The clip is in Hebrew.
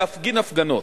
להפגין הפגנות,